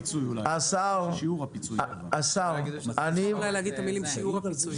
אפשר אולי להגיד את המילים שיעור הפיצוי.